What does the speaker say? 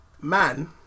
Man